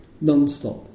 non-stop